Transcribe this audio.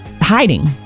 Hiding